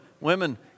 women